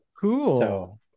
Cool